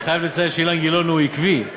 אני חייב לציין שאילן גילאון הוא עקבי,